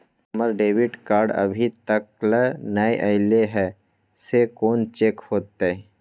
हमर debit card अभी तकल नय अयले हैं, से कोन चेक होतै?